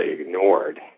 ignored